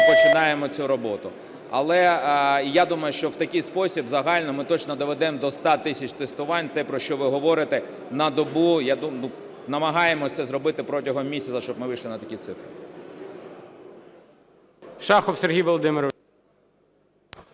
починаємо цю роботу. Але, я думаю, що в такий спосіб загальний ми точно доведемо до 100 тисяч тестувань, те про, що ви говорите, на добу, намагаємося це зробити протягом місяця, щоб ми вийшли на такі цифри.